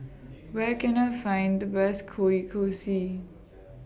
Where Can I Find The Best Kueh Kosui